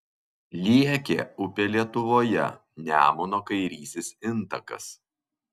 liekė upė lietuvoje nemuno kairysis intakas